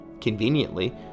Conveniently